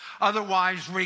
Otherwise